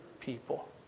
people